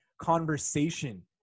conversation